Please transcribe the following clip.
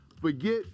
forget